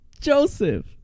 Joseph